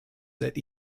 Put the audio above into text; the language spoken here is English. that